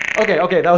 ah okay, okay,